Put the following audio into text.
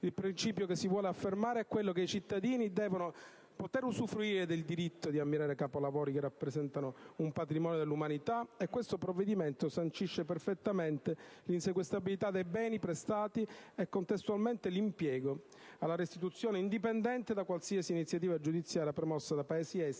Il principio che si vuole affermare è che i cittadini devono poter usufruire del diritto di ammirare capolavori che rappresentano un patrimonio dell'umanità. Questo provvedimento sancisce perfettamente l'insequestrabilità dei beni prestati e contestualmente l'impegno alla loro restituzione, indipendentemente da qualsiasi iniziativa giudiziaria promossa da Paesi esteri